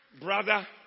brother